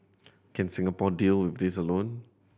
can Singapore deal with this alone